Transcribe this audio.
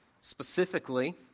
specifically